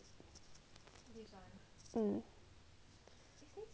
mm